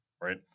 right